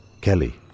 Kelly